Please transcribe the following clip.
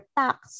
tax